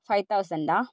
five തൗസൻറ്റാ